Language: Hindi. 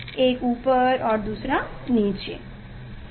एक ऊपर और दूसरा नीचे है